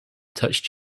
touched